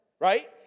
right